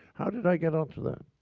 how did i get on to that?